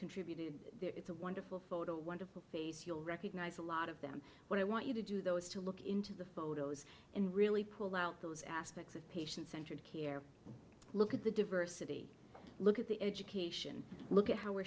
contributed it's a wonderful photo wonderful face you'll recognize a lot of them what i want you to do though is to look into the photos and really pull out those aspects of patient centered care look at the diversity look at the education look at how we're